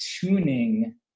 tuning